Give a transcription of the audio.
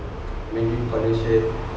mandarin collar shirt